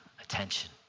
attention